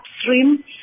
upstream